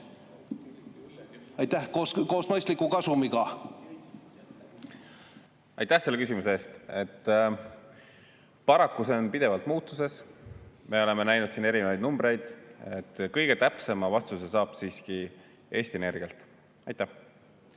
kilovatt koos mõistliku kasumiga? Aitäh selle küsimuse eest! Paraku on see pidevalt muutuses. Me oleme näinud erinevaid numbreid. Kõige täpsema vastuse saab siiski Eesti Energialt. Aitäh